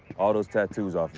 all those tattoos,